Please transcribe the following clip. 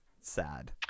Sad